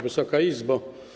Wysoka Izbo!